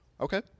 Okay